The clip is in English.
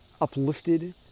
uplifted